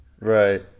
Right